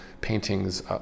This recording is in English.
paintings